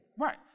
Right